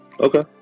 Okay